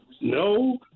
no